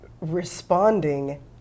responding